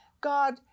God